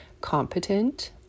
competent